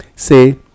Say